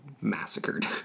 massacred